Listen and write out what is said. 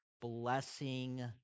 Blessing